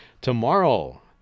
Tomorrow